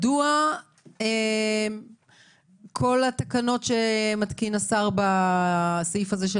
מדוע כל התקנות שמתקין השר בסעיף הזה של